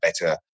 better